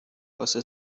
واسه